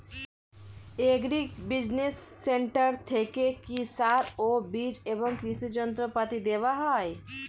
Agri business centre থেকে কি সার ও বিজ এবং কৃষি যন্ত্র পাতি দেওয়া হয়?